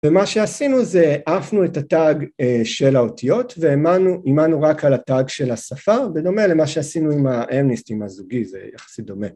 ומה שעשינו זה העפנו את הטאג אה.. של האותיות ואמנו.. אימנו רק על הטאג של השפה בדומה למה שעשינו עם האמניסטים הזוגי זה יחסית דומה